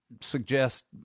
suggest